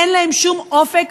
אין להם שום אופק,